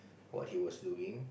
what he was doing